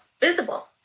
visible